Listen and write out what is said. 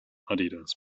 adidas